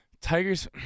Tigers